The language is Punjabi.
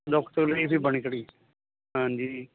ਹਾਂਜੀ